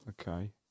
Okay